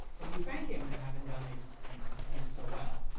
but we thank him for having done it and done it so well.